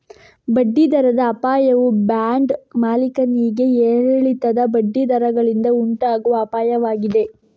ಬಡ್ಡಿ ದರದ ಅಪಾಯವು ಬಾಂಡ್ ಮಾಲೀಕರಿಗೆ ಏರಿಳಿತದ ಬಡ್ಡಿ ದರಗಳಿಂದ ಉಂಟಾಗುವ ಅಪಾಯವಾಗಿದೆ